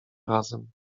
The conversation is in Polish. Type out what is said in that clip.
razem